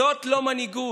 זאת לא מנהיגות.